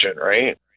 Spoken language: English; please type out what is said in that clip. Right